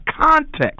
context